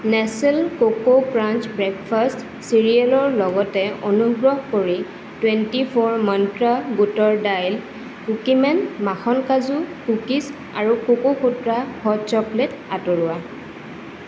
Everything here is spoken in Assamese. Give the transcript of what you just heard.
নেচ্লে কোকো ক্ৰাঞ্চ ব্ৰেকফাষ্ট চিৰিয়েলৰ লগতে অনুগ্ৰহ কৰি টুৱেণ্টি ফ'ৰ মন্ত্ৰা বুটৰ দাইল কুকিমেন মাখন কাজু কুকীজ আৰু কোকোসুত্ৰা হট্ চকলেট আঁতৰোৱা